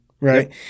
right